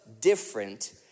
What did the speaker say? different